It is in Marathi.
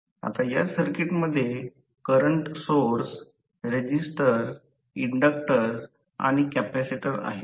आता या सर्किटमध्ये करंट सोर्स रेझिस्टर इंडक्टर्स आणि कॅपेसिटर आहेत